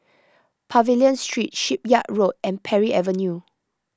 Pavilion Street Shipyard Road and Parry Avenue